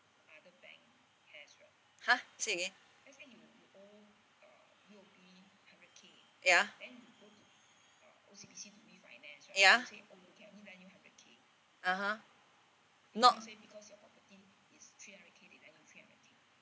!huh! say again ya ya (uh huh) not